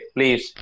Please